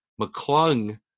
McClung